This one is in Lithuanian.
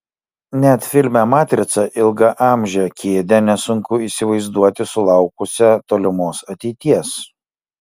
net filme matrica ilgaamžę kėdę nesunku įsivaizduoti sulaukusią tolimos ateities